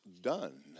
done